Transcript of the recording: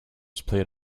split